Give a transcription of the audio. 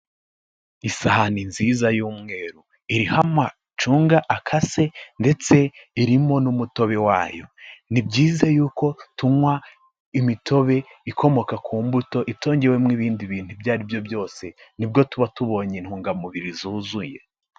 Isahani nziza y'umweru, iriho amacunga akase ndetse irimo n'umutobe wayo, ni byiza yuko tunywa imitobe ikomoka ku mbuto itongewemo ibindi bintu ibyo ari byo byose, nibwo tuba tubonye intungamubiri zuzuye.